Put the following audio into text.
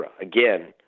Again